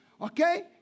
Okay